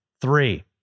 three